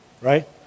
Right